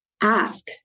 ask